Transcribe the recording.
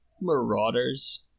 Marauders